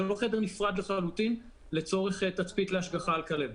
זה לא חדר נפרד לחלוטין לצורך תצפית להשגחה על כלבת.